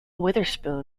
witherspoon